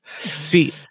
See